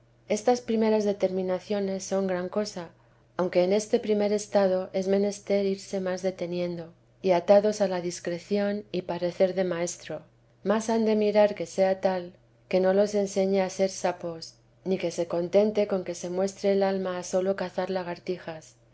estas primeras determinaciones son gran cosa aunque en este primero estado es menester irse más deteniendo y atados a la discreción y parecer de maestro mas han de mirar que sea tal que no los enseñe a ser sapos ni que se contente con que se muestre el alma a sólo cazar lagartijas